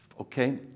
Okay